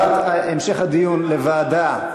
בעד העברת המשך הדיון לוועדה,